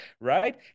right